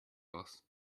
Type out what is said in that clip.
boss